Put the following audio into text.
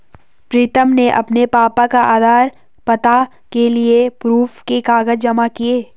प्रीतम ने अपने पापा का आधार, पता के लिए प्रूफ के कागज जमा किए